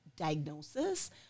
diagnosis